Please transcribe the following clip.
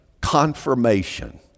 confirmation